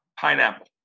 Pineapple